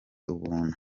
ubuntu